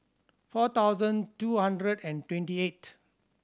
four thousand two hundred and twenty eight